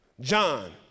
John